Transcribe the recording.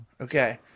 Okay